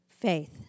faith